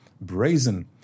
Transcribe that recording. brazen